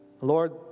Lord